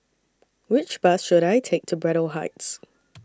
Which Bus should I Take to Braddell Heights